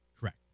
Correct